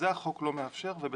את זה החוק לא מאפשר, ובצדק.